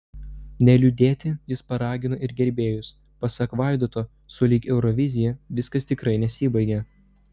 neliūdėti jis paragino ir gerbėjus pasak vaidoto sulig eurovizija viskas tikrai nesibaigia